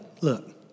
Look